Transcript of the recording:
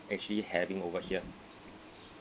actually having over here